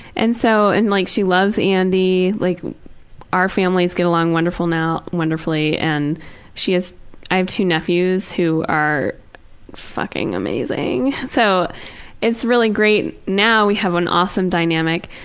and so, and like she loves andy, like our families get along wonderful now, wonderfully and she has i have two nephews who are fucking amazing. so it's really great now, we have an awesome dynamic.